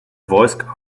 voice